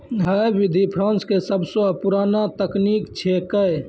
है विधि फ्रांस के सबसो पुरानो तकनीक छेकै